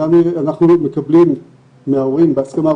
אנחנו מקבלים מההורים בהסכמה,